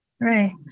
Right